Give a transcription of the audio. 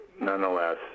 nonetheless